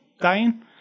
dying